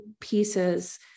pieces